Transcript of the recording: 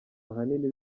ahanini